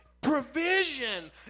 provision